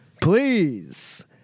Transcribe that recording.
Please